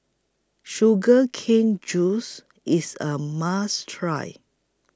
Sugar Cane Juice IS A must Try